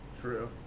True